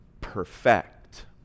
perfect